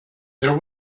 there